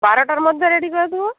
বারোটার মধ্যে রেডি করে দেব